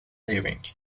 leaving